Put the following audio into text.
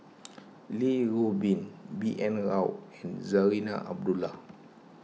Li Rulin B N Rao and Zarinah Abdullah